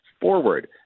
forward